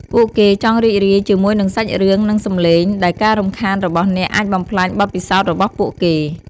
ពួកគេចង់រីករាយជាមួយនឹងសាច់រឿង និងសំឡេង ដែលការរំខានរបស់អ្នកអាចបំផ្លាញបទពិសោធន៍របស់ពួកគេ។